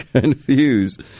confused